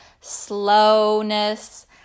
slowness